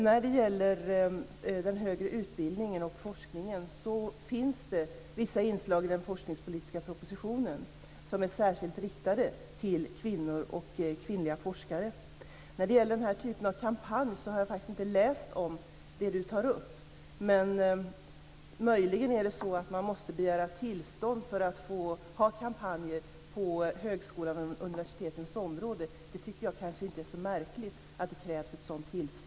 När det gäller den högre utbildningen och forskningen finns det vissa inslag i den forskningspolitiska propositionen som är särskilt riktade till kvinnor och kvinnliga forskare. När det gäller den här typen av kampanj har jag faktiskt inte läst om det Carina tar upp. Möjligen är det så att man måste begära tillstånd för att få ha kampanjer på högskolans och universitetets område. Det tycker jag i så fall kanske inte är så märkligt.